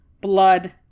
blood